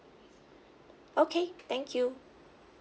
okay thank you